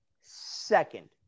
second